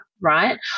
right